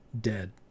dead